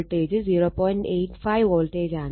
85 വോൾട്ടേജാണ്